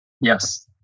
Yes